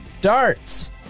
darts